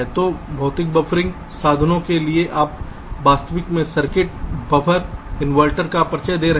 तो भौतिक बफ़रिंग साधनों के लिए आप वास्तव में सर्किट बफर इनवर्टर का परिचय दे रहे हैं